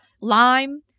lime